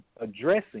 addressing